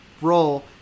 role